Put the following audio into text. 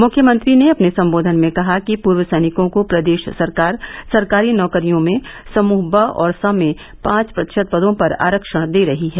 मुख्यमंत्री ने अपने संबोधन में कहा कि पूर्व सैनिकों को प्रदेश सरकार सरकारी नौकरियों में समूह ब और स में पांच प्रतिशत पदों पर आरक्षण दे रही है